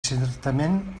certament